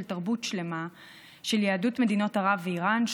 של תרבות שלמה של יהדות מדינות ערב ואיראן,